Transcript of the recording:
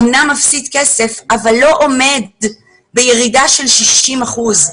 אמנם מפסיד כסף אבל לא עומד בירידה של 60 אחוזים.